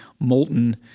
molten